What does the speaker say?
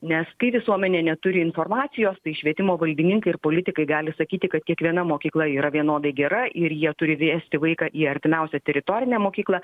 nes kai visuomenė neturi informacijos tai švietimo valdininkai ir politikai gali sakyti kad kiekviena mokykla yra vienodai gera ir jie turi vesti vaiką į artimiausią teritorinę mokyklą